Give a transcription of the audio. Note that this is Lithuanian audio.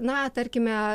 na tarkime